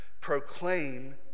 proclaim